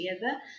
together